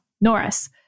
Norris